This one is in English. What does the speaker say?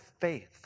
faith